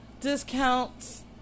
discounts